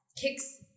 kicks